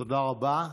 תודה רבה.